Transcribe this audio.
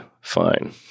fine